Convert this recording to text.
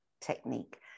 technique